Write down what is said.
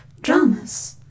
dramas